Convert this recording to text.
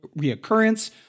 reoccurrence